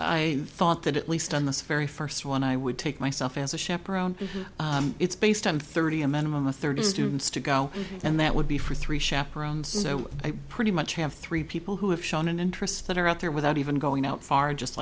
i thought that at least on this very first one i would take myself as a chaperone it's based on thirty a minimum of thirty students to go and that would be for three chaperones so i pretty much have three people who have shown an interest that are out there without even going out far just